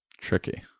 tricky